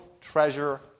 treasure